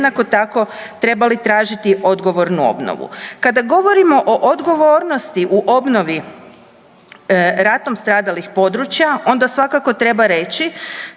jednako tako trebali tražiti odgovornu obnovu. Kada govorimo o odgovornosti u obnovi ratnom stradalih područja onda svakako treba reći